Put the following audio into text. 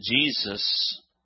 Jesus